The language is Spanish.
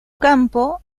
campo